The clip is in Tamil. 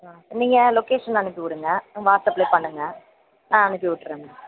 ஆ நீங்கள் லொக்கேஷன் அனுப்பி விடுங்க வாட்ஸ்அப்லே பண்ணுங்கள் நான் அனுப்பி விட்டுர்றேன் மேம்